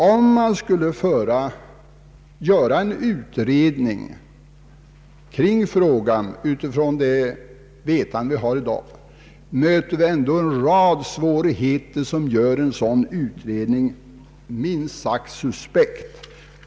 Om vi skulle göra en utredning i frågan med utgångspunkt från det vetande vi har i dag möter vi en rad svårigheter som gör en sådan utredning minst sagt suspekt.